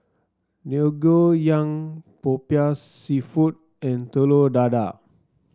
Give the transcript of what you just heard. Ngoh Hiang popiah seafood and Telur Dadah